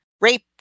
Rape